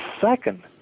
second